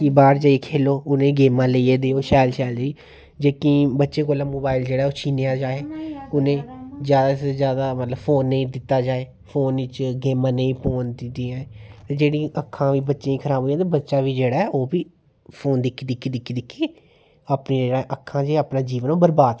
की बाहर जाइयै खेलो ते उनेंगी गेमां लेई देओ शैल शैल जेही जेह्की बच्चें कोला मोबाईल जेह्ड़ा ऐ ओह् छिनेआ जाये उनें ई जादै कोला जादै फोन नेईं दित्ता जाये फोन च गेमां नेईं पौन दित्तियां जायें ते जेह्ड़ियां अक्खां खराब होंदियां न ते बच्चा जेह्ड़ा ऐ ओह्बी फोन दिक्खी दिक्खी अपनियां अक्खां ते अपना जीवन बरबाद करा दा